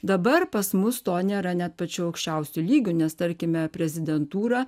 dabar pas mus to nėra net pačiu aukščiausiu lygiu nes tarkime prezidentūra